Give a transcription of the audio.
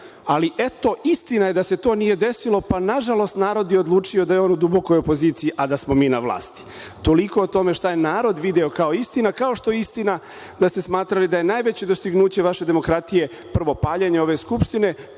ali eto, istina je da se to nije desilo, pa nažalost, narod je odlučio da je on u dubokoj opoziciji, a da smo mi na vlasti. Toliko o tome šta je narod video kao istinu, kao što je istina da ste smatrali da je najveće dostignuće vaše demokratije prvo paljenje ove Skupštine,